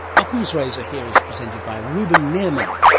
ockham's razor here is presented by ruben meerman.